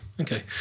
okay